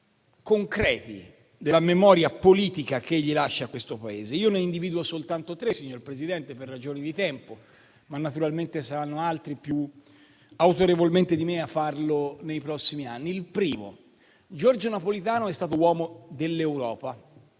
concreti della memoria politica che egli lascia a questo Paese. Io ne individuo soltanto tre, signor Presidente, per ragioni di tempo, ma naturalmente saranno altri a farlo più autorevolmente di me nei prossimi anni. Il primo: Giorgio Napolitano è stato uomo dell'Europa